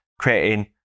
creating